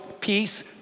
peace